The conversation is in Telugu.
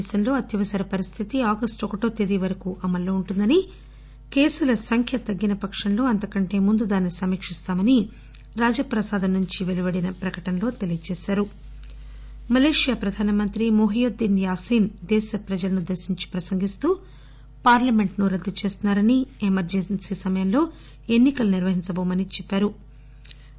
దేశంలో ఈ అత్యవసర పరిస్థితి ఆగస్టు ఒకటవ తేదీ వరకు అమల్లో ఉంటుందని కేసుల సంఖ్య తగ్గిన పక్షంలో అంతకంటే ముందు దాన్ని సమీక్షిస్తామని రాజప్రాసాదం నుంచి పెలువడిన ప్రకటనలో తెలియచేసారు మలేషియా గ్ర ప్రధానమంత్రి మొహియుద్దీన్ యాసిన్ దేశ ప్రజలను ఉద్దేశించి ప్రసంగిస్తూ పార్లమెంట్ను రద్దు చేస్తున్నారని ఎమర్జెన్సీ సమయంలో ఎన్ని కలు నిర్వహించటోమని చెప్పారు